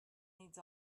needs